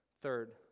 Third